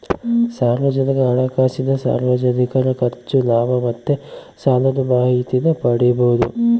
ಸಾರ್ವಜನಿಕ ಹಣಕಾಸಿನಾಗ ಸಾರ್ವಜನಿಕರ ಖರ್ಚು, ಲಾಭ ಮತ್ತೆ ಸಾಲುದ್ ಮಾಹಿತೀನ ಪಡೀಬೋದು